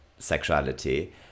sexuality